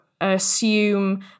assume